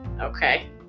Okay